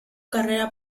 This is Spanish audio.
carrera